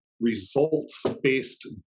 results-based